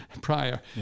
prior